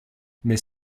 mais